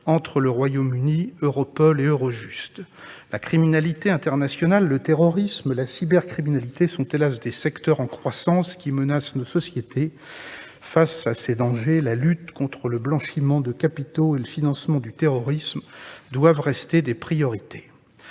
entre le Royaume-Uni, Europol et Eurojust. La criminalité internationale, le terrorisme et la cybercriminalité sont, hélas, des secteurs en croissance, qui menacent nos sociétés. Face à ces dangers, la lutte contre le blanchiment de capitaux et le financement du terrorisme doivent rester des priorités.